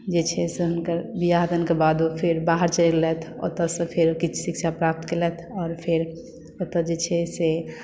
जे छै से हुनकर बियाह दानके बादो फेर बाहर चलि गेलथि ओतय सँ फेर किछु शिक्षा प्राप्त केलथि आओर फेर ओतऽ जे छै से